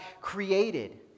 created